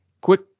Quick